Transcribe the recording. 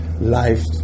life